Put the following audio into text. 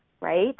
right